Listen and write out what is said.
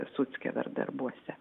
suckever darbuose